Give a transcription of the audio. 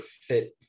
fit